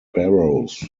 barrows